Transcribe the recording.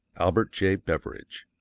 albert j. beveridge,